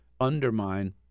undermine